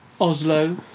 Oslo